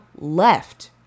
left